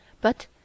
but—